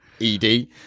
ed